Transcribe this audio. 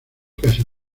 casi